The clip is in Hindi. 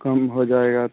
कम हो जाएगा